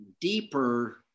deeper